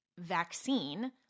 vaccine